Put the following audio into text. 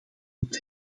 moet